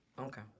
Okay